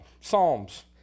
psalms